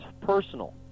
personal